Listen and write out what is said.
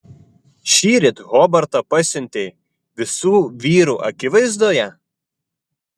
šįryt hobartą pasiuntei visų vyrų akivaizdoje